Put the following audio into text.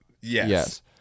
Yes